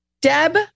Deb